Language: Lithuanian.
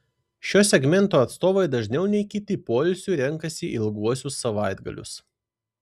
šio segmento atstovai dažniau nei kiti poilsiui renkasi ilguosius savaitgalius